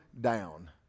down